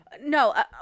No